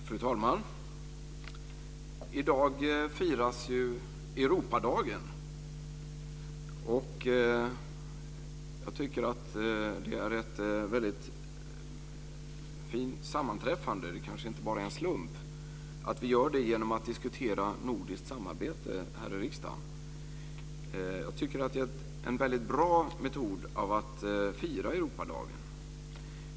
Fru talman! I dag firas Europadagen. Jag tycker att det är ett väldigt fint sammanträffande, men det kanske inte bara är en slump, att vi gör det genom att diskutera nordiskt samarbete här i riksdagen. Jag tycker att det är ett mycket bra sätt att fira Europadagen.